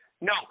No